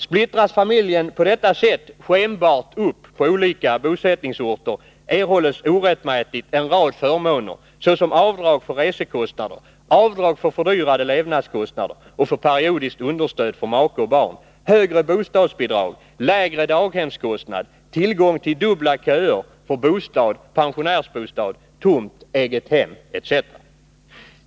Splittras familjen på detta sätt skenbart upp på olika bosättningsorter, erhålls orättmätigt en rad förmåner såsom avdrag för resekostnader, avdrag för fördyrade levnadskostnader och för periodiskt understöd för make och barn, högre bostadsbidrag, lägre daghemskostnad, tillgång till dubbla köer för bostad, pensionärsbostad, tomt, egnahem etc.